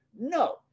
No